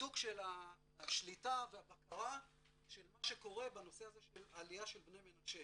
של השליטה והבקרה של מה שקורה בנושא הזה של העלייה של בני מנשה.